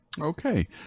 okay